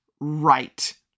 right